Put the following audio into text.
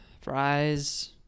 Fries